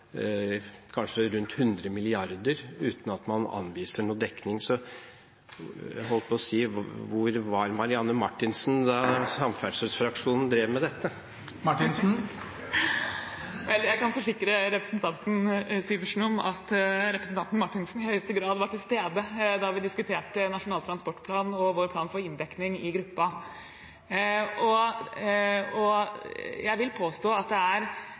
kanskje rundt 100 mrd. kr, uten at man anviser noen dekning. Hvor var Marianne Marthinsen da samferdselsfraksjonen drev med dette? Vel, jeg kan forsikre representanten Syversen om at representanten Marthinsen i aller høyeste grad var til stede da vi diskuterte Nasjonal transportplan og vår plan for inndekning i gruppa. Jeg vil påstå at det er